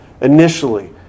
initially